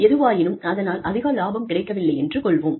எதுவாயினும் அதனால் அதிக லாபம் கிடைக்கவில்லை என்று கொள்வோம்